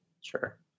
Sure